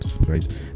right